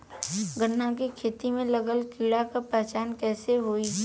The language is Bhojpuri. गन्ना के खेती में लागल कीड़ा के पहचान कैसे होयी?